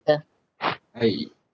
uh